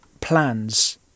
plans